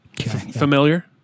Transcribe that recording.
Familiar